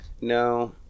No